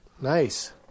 Nice